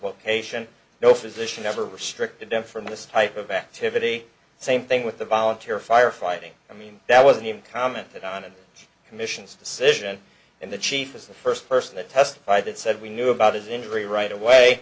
haitian no physician ever restricted him from this type of activity same thing with the volunteer fire fighting i mean that wasn't even commented on it commission's decision and the chief is the first person that testified that said we knew about his injury right away